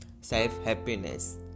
self-happiness